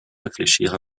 réfléchir